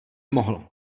mohl